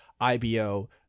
IBO